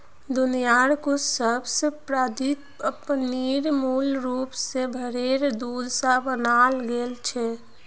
दुनियार कुछु सबस प्रसिद्ध पनीर मूल रूप स भेरेर दूध स बनाल गेल छिले